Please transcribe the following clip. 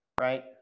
right